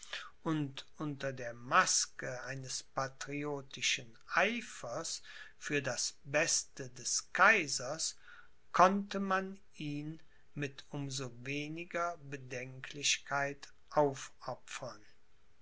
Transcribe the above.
und unter der maske eines patriotischen eifers für das beste des kaisers konnte man ihn mit um so weniger bedenklichkeit aufopfern